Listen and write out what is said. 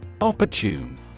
Opportune